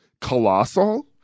Colossal